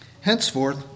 Henceforth